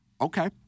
Okay